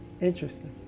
interesting